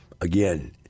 Again